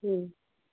হুম